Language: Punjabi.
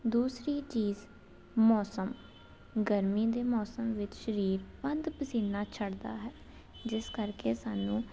ਦੂਸਰੀ ਚੀਜ਼ ਮੌਸਮ ਗਰਮੀ ਦੇ ਮੌਸਮ ਵਿੱਚ ਸਰੀਰ ਵੱਧ ਪਸੀਨਾ ਛੱਡਦਾ ਹੈ ਜਿਸ ਕਰਕੇ ਸਾਨੂੰ